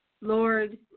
Lord